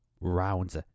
Rounds